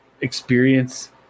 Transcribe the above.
experience